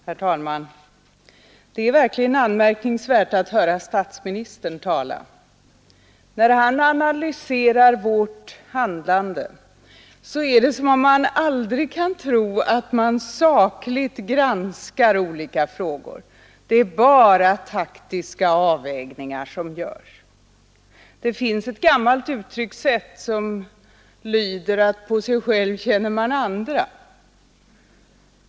Herr talman! Det är verkligen förvånande att höra statsministern tala. När han analyserar vårt handlande är det som om han aldrig kan tro att vi sakligt granskar olika frågor; det är bara taktiska avvägningar som görs Det finns ett gammalt uttryck som lyder: På sig själv känner man andra.